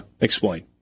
explain